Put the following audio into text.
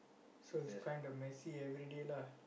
so it's kinda messy everyday lah